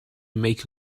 make